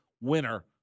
winner